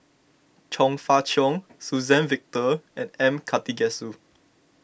Chong Fah Cheong Suzann Victor and M Karthigesu